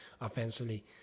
offensively